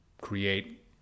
create